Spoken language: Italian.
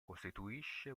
costituisce